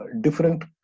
different